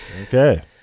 Okay